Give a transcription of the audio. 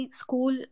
school